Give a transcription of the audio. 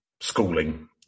schooling